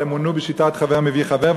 אבל הם מונו בשיטת חבר מביא חבר,